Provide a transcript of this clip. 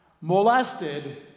molested